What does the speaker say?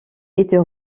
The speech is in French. était